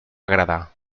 agradar